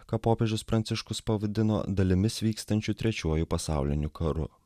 ką popiežius pranciškus pavadino dalimis vykstančiu trečiuoju pasauliniu karu